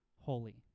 holy